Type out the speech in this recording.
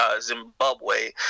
Zimbabwe